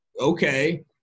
Okay